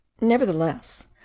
Nevertheless